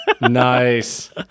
Nice